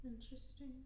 Interesting